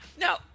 No